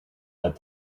that